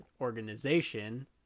organization